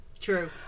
true